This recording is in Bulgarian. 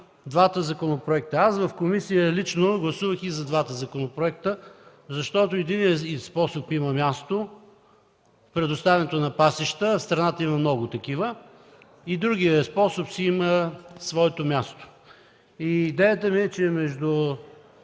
двата законопроекта. Аз в комисията гласувах и за двата законопроекта, защото и единият способ има място – предоставянето на пасища, а в страната има много такива, и другият способ си има своето място. Идеята ми е, че между